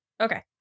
Okay